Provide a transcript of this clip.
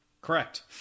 Correct